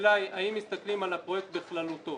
השאלה היא האם מסתכלים על הפרויקט בכללותו?